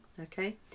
Okay